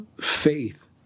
faith